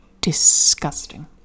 disgusting